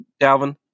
Dalvin